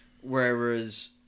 Whereas